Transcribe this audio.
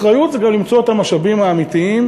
אחריות זה גם למצוא את המשאבים האמיתיים.